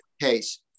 case